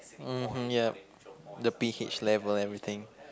mmhmm yup the p_h level everything